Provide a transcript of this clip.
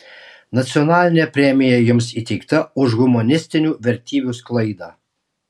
nacionalinė premija jums įteikta už humanistinių vertybių sklaidą